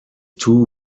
two